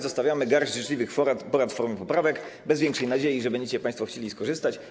Zostawiamy garść życzliwych porad w formie poprawek, bez większej nadziei, że będziecie państwo chcieli skorzystać.